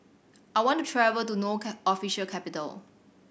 I want to travel to No official capital